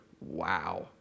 wow